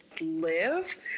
live